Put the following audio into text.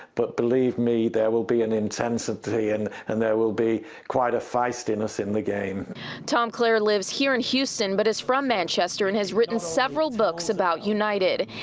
but, believe me, there will be an intensity and and there will be quite a feistiness in the game. reporter tom claire lived here in houston, but is from manchester and has written several books about united.